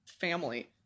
family –